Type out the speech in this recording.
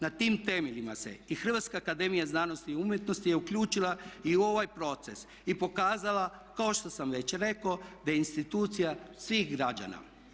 Na tim temeljima se i Hrvatska akademija znanosti i umjetnosti je uključila i u ovaj proces i pokazala kao što sam već rekao da je institucija svih građana.